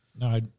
No